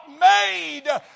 made